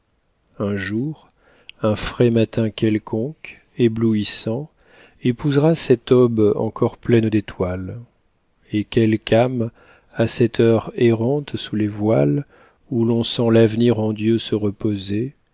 un jour un frais matin quelconque éblouissant épousera cette aube encor pleine d'étoiles et quelque âme à cette heure errante sous les voiles où l'on sent l'avenir en dieu se reposer